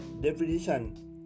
definition